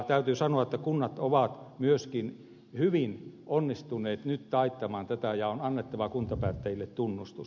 täytyy sanoa että kunnat ovat myöskin hyvin onnistuneet nyt taittamaan tätä ja on annettava kuntapäättäjille tunnustus